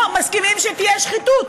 לא מסכימים שתהיה שחיתות.